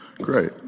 Great